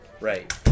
right